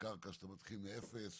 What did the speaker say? קרקע שאתה מתחיל מאפס